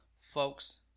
Folks